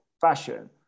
fashion